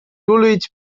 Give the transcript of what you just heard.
dulwich